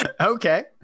Okay